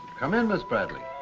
come in, miss bradley.